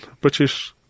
British